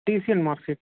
DC and marksheet